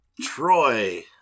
Troy